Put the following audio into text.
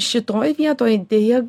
šitoj vietoj deja